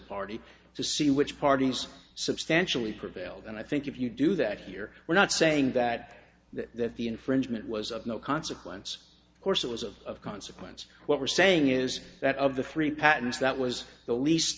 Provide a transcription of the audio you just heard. party to see which party has substantially prevailed and i think if you do that here we're not saying that that the infringement was of no consequence of course it was of consequence what we're saying is that of the three patents that was the least